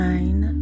Nine